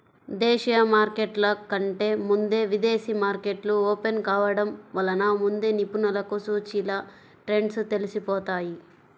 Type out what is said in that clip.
దేశీయ మార్కెట్ల కంటే ముందే విదేశీ మార్కెట్లు ఓపెన్ కావడం వలన ముందే నిపుణులకు సూచీల ట్రెండ్స్ తెలిసిపోతాయి